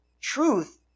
Truth